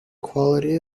quality